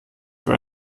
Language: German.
für